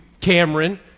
Cameron